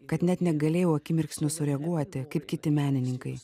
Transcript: kad net negalėjau akimirksniu sureaguoti kaip kiti menininkai